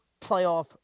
playoff